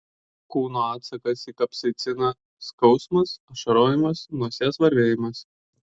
kūno atsakas į kapsaiciną skausmas ašarojimas nosies varvėjimas